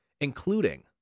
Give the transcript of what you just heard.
including